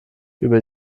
über